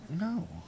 No